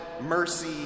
mercy